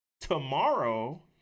Tomorrow